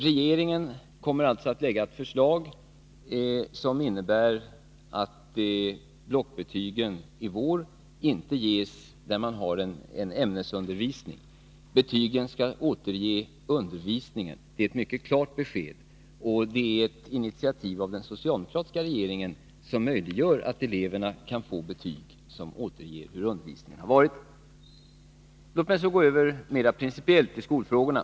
Regeringen kommer alltså att lägga fram ett förslag som innebär att blockbetygen i vår inte ges där man har en ämnesundervisning. Betygen skall avspegla undervisningen. Det är ett mycket klart besked, och det är ett initiativ av den socialdemokratiska regeringen som möjliggör att eleverna får betyg som avspeglar hur undervisningen varit. Låt mig så gå över mera principiellt till skolfrågorna.